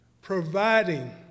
providing